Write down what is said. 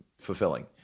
fulfilling